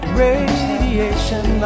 radiation